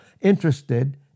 interested